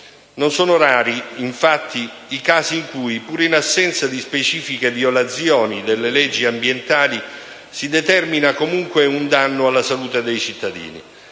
Non sono rari, infatti, i casi in cui, pur in assenza di specifiche violazioni delle leggi ambientali, si determina comunque un danno alla salute dei cittadini.